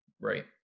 Right